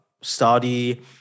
study